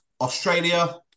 Australia